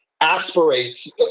aspirates